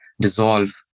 dissolve